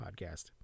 podcast